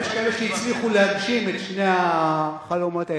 יש כאלה שהצליחו להגשים את שני החלומות האלה,